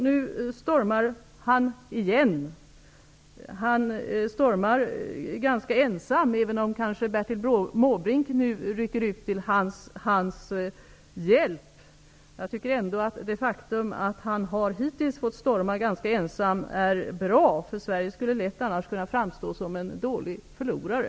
Nu stormar han igen, och han stormar ganska ensam, även om kanske Bertil Måbrink nu rycker ut till hans hjälp. Det faktum att han hittills har fått storma ganska ensam är bra, eftersom Sverige annars lätt skulle framstå som en dålig förlorare.